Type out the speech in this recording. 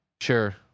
sure